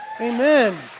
Amen